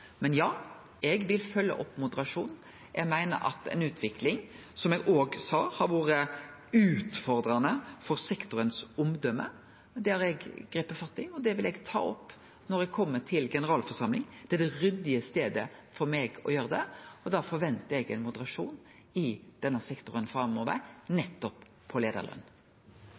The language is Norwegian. Men ja, eg vil følgje opp moderasjon. Eg meiner, som eg òg sa, at ei utvikling som har vore utfordrande for sektoren sitt omdømme, har eg gripe fatt i, og det vil eg ta opp når eg kjem til generalforsamling. Det er den ryddige måten for meg å gjere det på, og da forventar eg moderasjon i denne sektoren framover